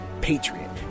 patriot